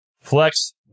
Flex